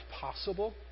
possible